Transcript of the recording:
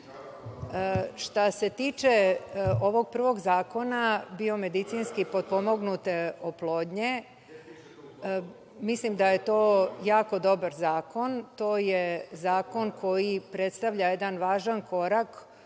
Što se tiče ovog prvog zakona biomedicinski potpomognute oplodnje, mislim da je to jako dobar zakon, to je zakon koji predstavlja jedan važan korak